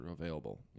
available